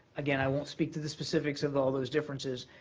again, i won't speak to the specifics of all those differences,